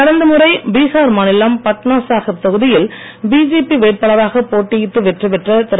கடந்த முறை பீஹார் மாநிலம் பட்னா சாஹிப் தொகுதியில் பிஜேபி வேட்பாளராக போட்டியிட்டு வெற்றிபெற்ற திரு